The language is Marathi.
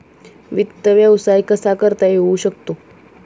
वित्त व्यवसाय कसा करता येऊ शकतो?